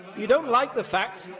you don't like the facts